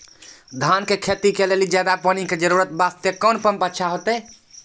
धान के खेती के लेली ज्यादा पानी के जरूरत वास्ते कोंन पम्प अच्छा होइते?